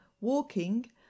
Walking